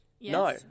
No